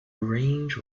range